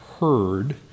heard